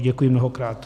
Děkuji mnohokrát.